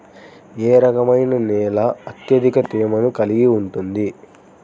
ఏ రకమైన నేల అత్యధిక తేమను కలిగి ఉంటుంది?